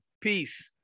peace